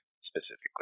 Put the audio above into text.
specifically